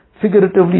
figuratively